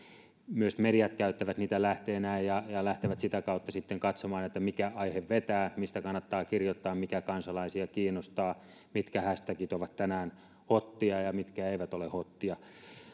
myös mediat käyttävät niitä lähteinään ja lähtevät sitä kautta sitten katsomaan mikä aihe vetää mistä kannattaa kirjoittaa mikä kansalaisia kiinnostaa mitkä hashtagit ovat tänään hottia ja mitkä eivät ole hottia